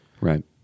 Right